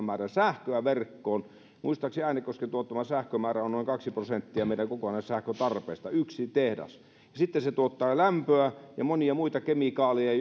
määrän sähköä verkkoon muistaakseni äänekosken tuottama sähkömäärä on noin kaksi prosenttia meidän kokonaissähköntarpeestamme yksi tehdas sitten se tuottaa lämpöä ja monia muita kemikaaleja